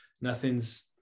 nothing's